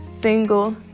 single